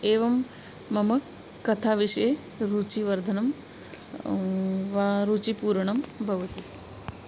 एवं मम कथाविषये रुचिवर्धनं वा रुचिपूरणं भवति